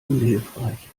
unhilfreich